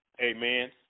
amen